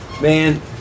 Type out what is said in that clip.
man